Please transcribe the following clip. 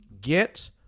get